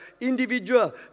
individual